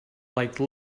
like